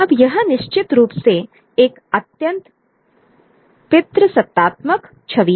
अब यह निश्चित रूप से एक अत्यंत पितृसत्तात्मक छवि है